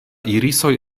irisoj